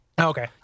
okay